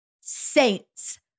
saints